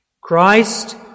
Christ